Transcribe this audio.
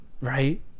Right